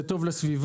זה טוב לסביבה,